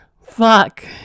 fuck